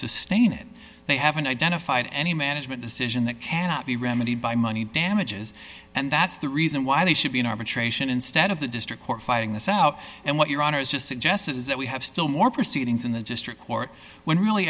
sustain it they haven't identified any management decision that cannot be remedied by money damages and that's the reason why they should be an arbitration instead of the district court fighting this out and what your honor is just suggested is that we have still more proceedings in the district court when really